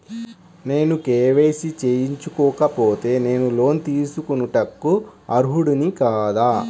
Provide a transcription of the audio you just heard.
నేను కే.వై.సి చేయించుకోకపోతే నేను లోన్ తీసుకొనుటకు అర్హుడని కాదా?